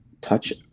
touch